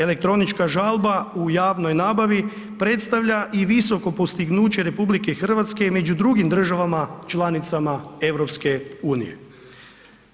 Elektronička žalba u javnoj nabavi predstavlja i visoko postignuće RH među drugim državama članicama EU-a.